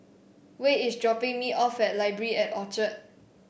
Wade is dropping me off at Library at Orchard